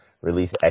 release